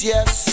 Yes